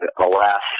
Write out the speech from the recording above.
alas